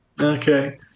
Okay